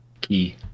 key